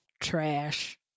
Trash